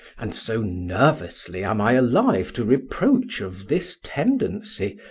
and so nervously am i alive to reproach of this tendency,